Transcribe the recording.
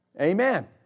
Amen